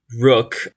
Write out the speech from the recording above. Rook